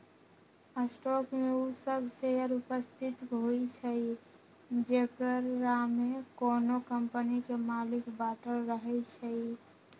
stock में उ सभ शेयर उपस्थित होइ छइ जेकरामे कोनो कम्पनी के मालिक बाटल रहै छइ